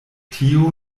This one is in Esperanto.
tio